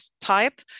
type